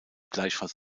gleichfalls